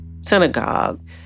synagogue